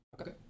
Okay